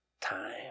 time